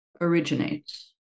originates